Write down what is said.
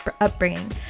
upbringing